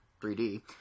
3D